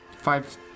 five